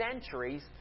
centuries